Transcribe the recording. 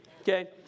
Okay